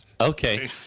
Okay